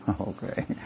Okay